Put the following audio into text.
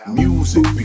music